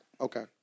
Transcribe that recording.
Okay